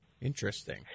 interesting